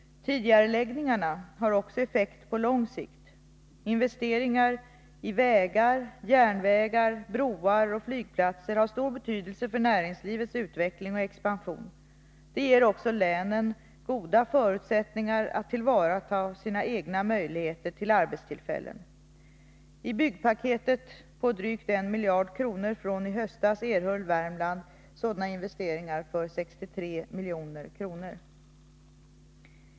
Tidigareläggningarna har också effekt på lång sikt. Investeringar i vägar, järnvägar, broar och flygplatser har stor betydelse för näringslivets utveckling och expansion. De ger också länen goda förutsättningar att tillvarata sina egna möjligheter till arbetstillfällen. I byggpaket på drygt 1 miljard kronor från i höstas erhöll Värmland i huvudsak sådana investeringar för 63 milj.kr.